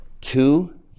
Two